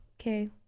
okay